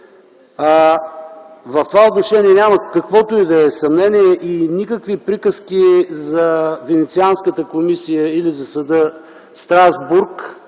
В това отношение няма каквото и да е съмнение, и никакви приказки за Венецианската комисия или за съда в Страсбург,